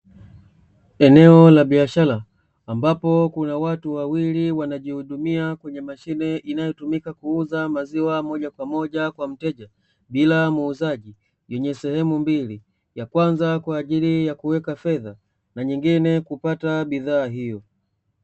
Eneo la biashara ambapo kuna watu wawili wanajihudumia kwenye mashine inayotumika kuuza maziwa moja kwa moja kwa mteja bila muuzaji, yenye sehemu mbili ya kwanza kwa ajili ya kuweka fedha na nyingine kupata bidhaa hiyo.